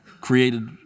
created